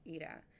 era